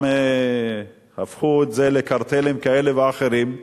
הפכו את זה לקרטלים כאלה ואחרים,